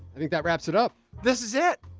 i think that wraps it up. this is it!